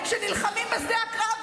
שנלחמים בשדה הקרב,